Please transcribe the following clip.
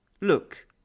Look